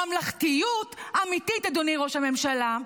ממלכתיות אמיתית, אדוני ראש הממשלה,